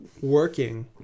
working